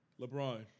LeBron